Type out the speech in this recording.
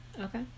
okay